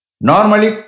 normally